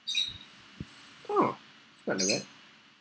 !wah! fun lah that